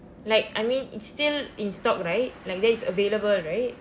like I mean it's still in stock right like that is available right